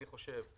אני חושב,